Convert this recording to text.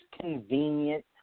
convenient